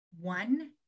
one